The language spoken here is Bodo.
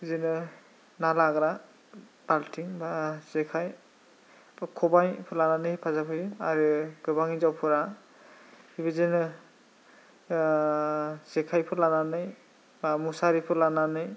जोङो ना लाग्रा बाल्टिं बा जेखाय खबाइ बेखौ लानानै हेफाजाब होयो आरो गोबां हिनजावफोरा बिदिनो जेखायखौ लानानै बा मुसारिखौ लानानै